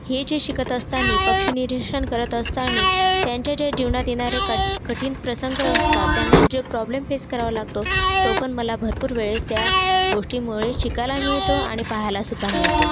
हे जे शिकत असताना पक्षीनिरीक्षण करत असताना त्यांच्या जे जीवनात येणारे क कठीण प्रसंग असतात त्यांना जे प्रॉब्लेम फेस करावा लागतो तो पण मला भरपूर वेळेस त्या गोष्टींमुळे शिकायला मिळतो आणि पाहायला सुद्धा मिळतो